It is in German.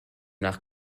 nach